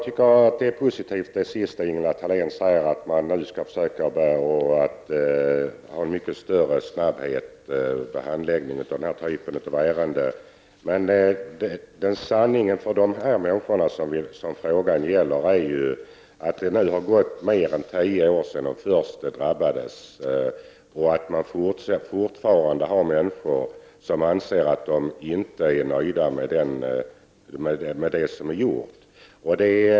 Herr talman! Det som Ingela Thalén sade senast var positivt, att man nu skall försöka handlägga den här typen av ärenden mycket snabbare. Verkligheten för de människor som berörs av den här frågan är ju att det nu har gått mer än tio år sedan de första drabbades och att det fortfarande finns människor som inte är nöjda med vad som har gjorts.